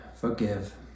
forgive